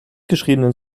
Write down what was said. geschriebenen